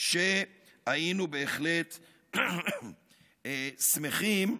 שהיינו בהחלט שמחים,